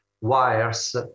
wires